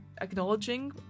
acknowledging